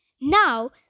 now